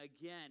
again